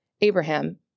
Abraham